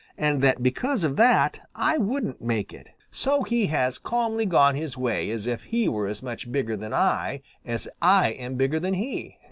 and that because of that i wouldn't make it. so he has calmly gone his way as if he were as much bigger than i as i am bigger than he.